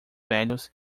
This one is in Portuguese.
velhos